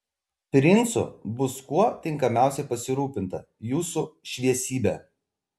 princu bus kuo tinkamiausiai pasirūpinta jūsų šviesybe